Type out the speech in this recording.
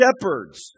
shepherds